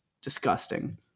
disgusting